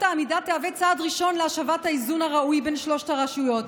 העמידה תהווה צעד ראשון להשבת האיזון הראוי בין שלוש הרשויות".